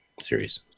series